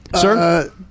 Sir